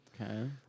Okay